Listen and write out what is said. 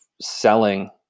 selling